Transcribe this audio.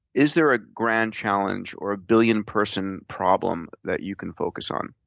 is there a grand challenge or a billion-person problem that you can focus on?